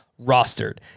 rostered